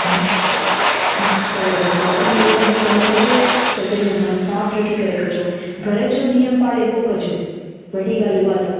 हा हा बराबरि अथव इहे सभु कम कजो पर पंहिंजो मनु साफ रखी करे कजो घर जो नियम पाड़े पोइ कजो वॾी ॻाल्ह उहा अथव